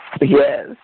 Yes